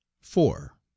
four